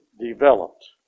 developed